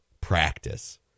practice